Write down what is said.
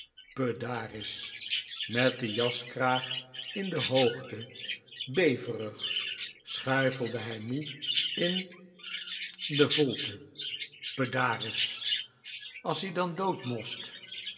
met den jaskraag in de hoogte beverig schuifelde hij moe in de volte pedaris as-ie dan dood most